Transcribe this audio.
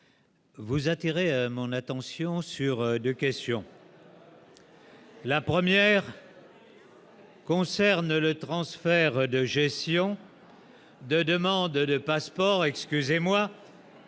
Vous attirer mon attention sur 2 questions. La première. Concerne le transfert de gestion. De demandes de passeport excusez-moi.